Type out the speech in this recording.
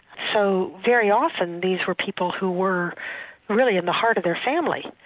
so very often these were people who were really in the heart of their family.